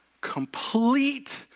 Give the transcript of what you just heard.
complete